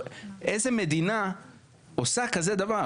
איזה מדינה עושה כזה דבר?